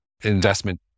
investment